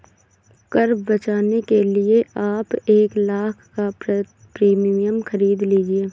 कर बचाने के लिए आप एक लाख़ का प्रीमियम खरीद लीजिए